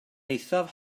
eithaf